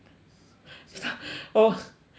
我我